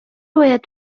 باید